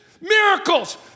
miracles